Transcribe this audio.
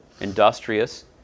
industrious